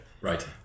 Right